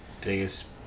biggest